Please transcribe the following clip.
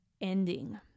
ending